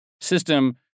system